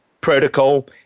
protocol